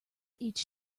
each